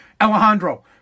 Alejandro